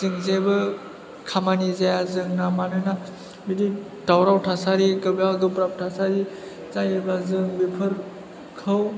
जों जेबो खामानि जाया जोंना मानोना बिदि दावराव थासारि गोब्राब गोब्राब थासारि जायोबा जों बेफोरखौ